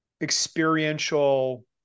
experiential